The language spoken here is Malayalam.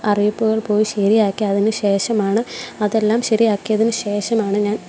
അറിയിപ്പുകൾ പോയി ശരിയാക്കി അതിനു ശേഷമാണ് അതെല്ലാം ശരിയാക്കിയതിനു ശേഷമാണ് ഞാൻ